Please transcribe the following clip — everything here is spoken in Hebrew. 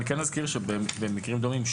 אני כן אזכיר שבמקרים דומים,